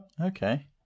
Okay